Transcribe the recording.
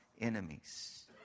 enemies